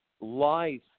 life